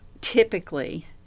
typically